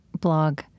blog